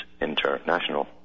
international